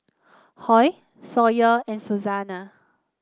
Hoy Sawyer and Susanna